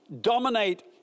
dominate